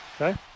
Okay